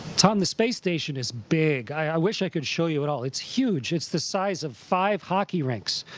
tom, the space station is big. i wish i could show you it all. it's huge. it's the size of five hockey rinks.